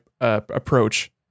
approach